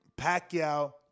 Pacquiao